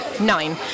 nine